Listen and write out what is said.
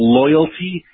loyalty